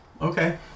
okay